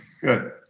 Good